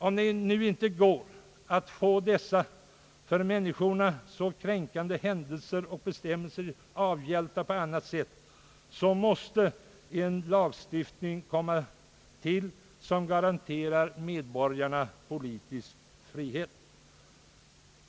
Om det nu inte går att få dessa för människorna så kränkande händelser och bestämmelser avhjälpta på annat sätt, måste en lagstiftning komma till, som garanterar medborgarna politisk frihet.